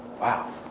Wow